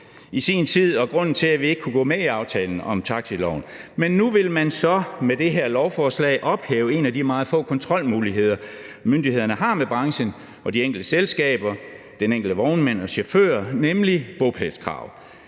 i sin tid, og grunden til, at vi ikke kunne gå med i aftalen om taxiloven. Men nu vil man så med det her lovforslag ophæve en af de meget få kontrolmuligheder, myndighederne har med branchen, de enkelte selskaber og de enkelte vognmænd og chauffører, nemlig bopælskravet